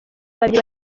babiri